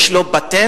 יש לו פטנט,